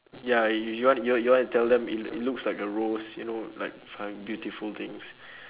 ya you you want yo~ you want to tell them it it looks like a rose you know like fine beautiful things